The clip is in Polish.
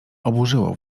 oburzyło